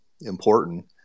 important